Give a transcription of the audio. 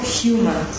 human